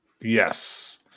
Yes